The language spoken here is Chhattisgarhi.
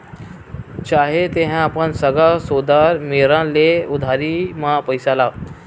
चाहे तेंहा अपन सगा सोदर मेरन ले उधारी म पइसा ला